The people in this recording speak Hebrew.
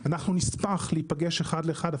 אנחנו נשמח להיפגש אחד לאחד,